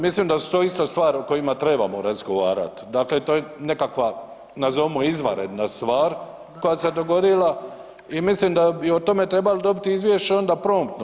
Mislim da su to isto stvari o kojima trebamo razgovarat, dakle to je nekakva nazovimo izvanredna stvar koja se dogodila i mislim da bi o tome trebali dobiti izvješće onda promptno.